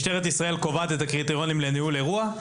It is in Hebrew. משטרת ישראל קובעת את הקריטריונים לניהול אירוע,